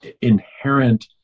inherent